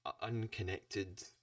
unconnected